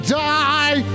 die